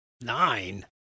Nine